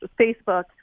Facebook